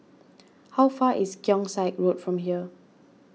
how far is Keong Saik Road from here